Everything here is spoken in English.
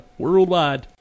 worldwide